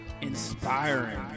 inspiring